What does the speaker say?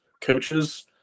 coaches